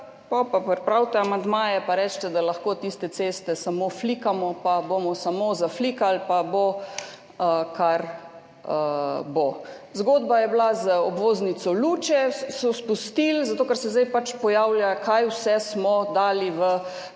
pa pripravite amandmaje pa recite, da lahko tiste ceste samo flikamo, pa bomo samo zaflikali pa bo, kar bo. Zgodba je bila z obvoznico Luče, so jo izpustili, zato ker se zdaj pač pojavlja, kaj vse smo dali v